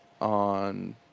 on